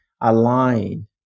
align